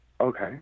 Okay